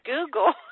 Google